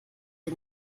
sie